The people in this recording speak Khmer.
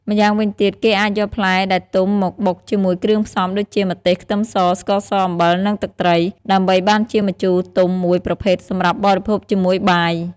ម្យ៉ាងវិញទៀត គេអាចយកផ្លែដែលទុំមកបុកជាមួយគ្រឿងផ្សំដូចជា ម្ទេស ខ្ទឹមស ស្ករស អំបិល និងទឹកត្រី ដើម្បីបានជាម្ជូរទុំមួយប្រភេទសម្រាប់បរិភោគជាមួយបាយ។